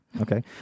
Okay